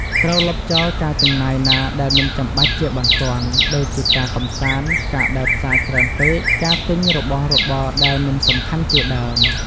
ត្រូវលុបចោលការចំណាយណាដែលមិនចាំបាច់ជាបន្ទាន់ ដូចជាការកម្សាន្ត ការដើរផ្សារច្រើនពេក ការទិញរបស់របរដែលមិនសំខាន់ជាដើម។